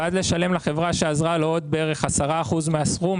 ואז לשלם לחברה שעזרה לו עוד בערך 10% מהסכום,